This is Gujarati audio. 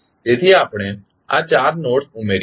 તેથી આપણે આ ચાર નોડ્સ ઉમેર્યા છે